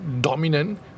dominant